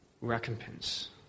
recompense